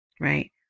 right